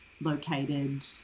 located